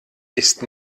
ist